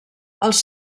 els